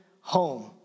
home